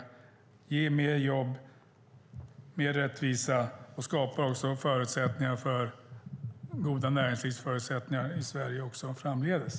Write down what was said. Det ger mer jobb, mer rättvisa och skapar goda näringslivsförutsättningar i Sverige också framdeles.